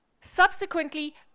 subsequently